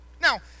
Now